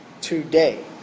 today